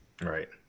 Right